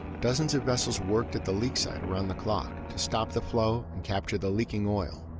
dozens of vessels worked at the leak site around the clock to stop the flow and capture the leaking oil.